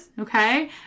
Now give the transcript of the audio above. Okay